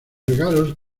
regalos